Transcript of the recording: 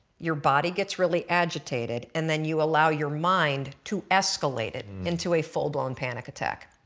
your body gets really agitated and then you allow your mind to escalate it into a full blown panic attack.